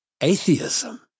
atheism